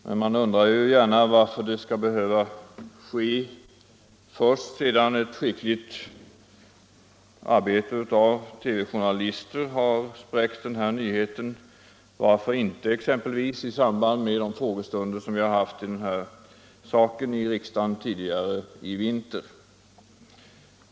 Men man undrar varför det skall behöva ske först sedan ett skickligt arbete av TV-journalister har spräckt den här nyheten — varför inte exempelvis i samband med de frågestunder som vi haft beträffande den här saken i riksdagen tidigare i vinter?